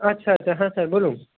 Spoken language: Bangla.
আচ্ছা আচ্ছা হ্যাঁ স্যার বলুন